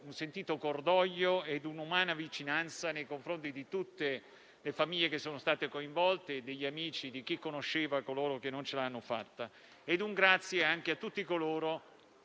il sentito cordoglio e l'umana vicinanza nei confronti di tutte le famiglie che sono state coinvolte, degli amici e di chi conosceva coloro che non ce l'hanno fatta. Ringrazio anche tutti coloro